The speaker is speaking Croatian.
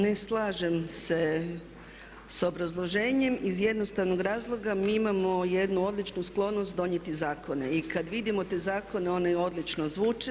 Ne slažem se sa obrazloženjem iz jednostavnog razloga mi imamo jednu odličnu sklonost donijeti zakone i kad vidimo te zakone oni odlično zvuče.